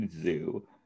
zoo